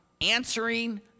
answering